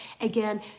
again